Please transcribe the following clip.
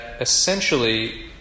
essentially